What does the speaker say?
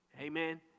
Amen